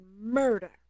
murder